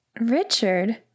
Richard